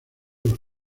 los